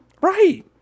Right